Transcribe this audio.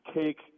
take